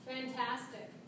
Fantastic